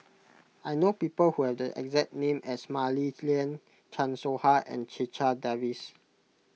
I know people who have the exact name as Mah Li Lian Chan Soh Ha and Checha Davies